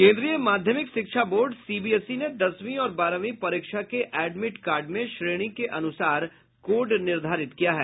केन्द्रीय माध्यमिक शिक्षा बोर्ड सीबीएसई ने दसवीं और बारहवीं परीक्षा के एडमिट कार्ड में श्रेणी के अनुसार कोड निर्धारित किया है